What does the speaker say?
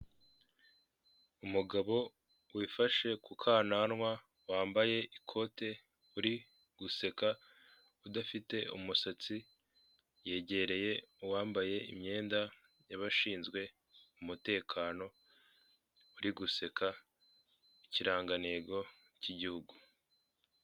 Umugabo wifashe ku kananwa, wambaye ikote uri guseka udafite umusatsi, yegereye uwambaye imyenda y'abashinzwe umutekano uri guseka, ikirangantego cy'igihugu.